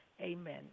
Amen